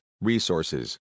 resources